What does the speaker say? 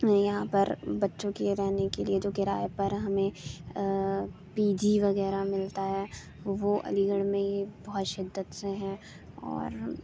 یہاں پر بچوں کے رہنے کے لیے جو کرایے پر ہمیں پی جی وغیرہ ملتا ہے وہ علی گڑھ میں یہ بہت شدت سے ہے اور